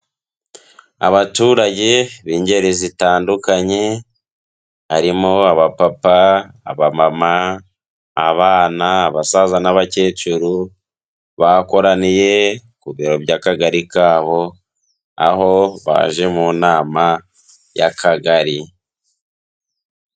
Abaturage b'ingeri zitandukanye, harimo abapapa, abamama, abana, basaza n'abakecuru, bakoraniye ku biro by'Akagari kabo, aho baje mu nama y'Akagari.